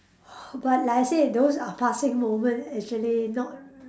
but like I said those are passing moment actually not